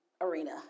arena